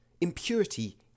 impurity